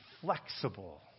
flexible